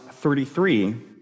33